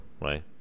right